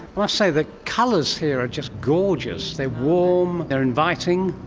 must say, the colours here are just gorgeous, they're warm, they're inviting,